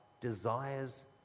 desires